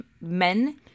men